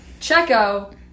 Checo